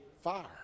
fire